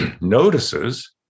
notices